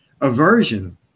Aversion